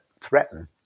threaten